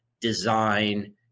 design